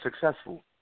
successful